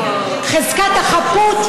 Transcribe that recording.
חזקת החפות.